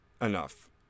enough